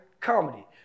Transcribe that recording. comedy